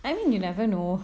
I mean you never know